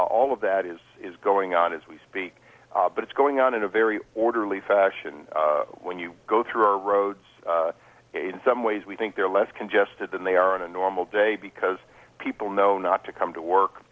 all of that is is going on as we speak but it's going on in a very orderly fashion when you go through our roads in some ways we think they're less congested than they are on a normal day because people know not to come to work